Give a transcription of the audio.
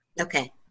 Okay